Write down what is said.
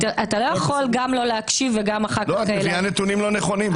אתה לא יכול גם לא להקשיב וגם אחר כך --- את מביאה נתונים לא נכונים.